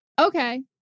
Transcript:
okay